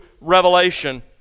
revelation